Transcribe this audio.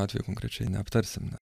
atvejų konkrečiai neaptarsim